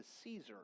Caesar